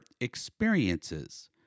experiences